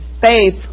faith